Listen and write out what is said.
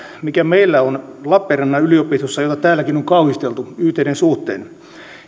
joka meillä on lappeenrannan yliopistossa jota täälläkin on kauhisteltu ytiden suhteen